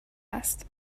است